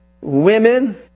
women